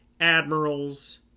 admirals